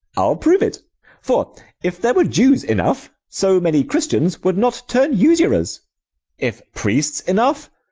i ll prove it for if there were jews enough, so many christians would not turn usurers if priests enough,